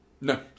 No